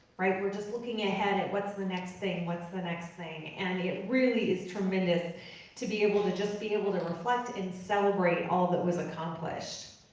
right, we're just looking ahead at what's the next thing, what's the next thing? and it really is tremendous to be able to just be able to reflect and celebrate all that was accomplished.